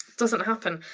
doesn't happen.